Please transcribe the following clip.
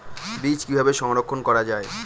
বীজ কিভাবে সংরক্ষণ করা যায়?